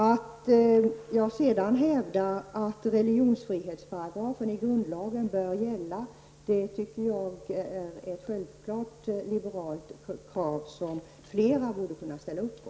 Att jag sedan hävdar att religionsfrihetsparagrafen i grundlagen bör gälla, tycker jag är ett självklart liberalt krav som flera borde kunna ställa upp på.